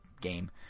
game